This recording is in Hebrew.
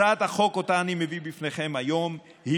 הצעת החוק שאותה אני מביא בפניכם היום היא